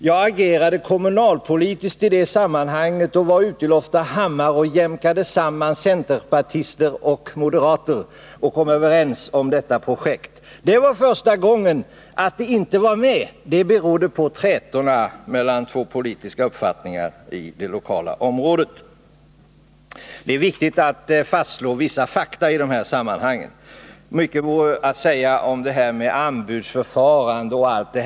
Jag agerade kommunalpolitiskt i det sammanhanget och var ute i Loftahammar och jämkade samman centerpartister och moderater, och vi kom överens om detta projekt. Det var första gången. Att det sedan inte kom med berodde på trätorna mellan två politiska uppfattningar på det lokala området. Det är viktigt att fastslå vissa fakta i de här sammanhangen. Mycket vore att säga om anbudsförfarandet m.m.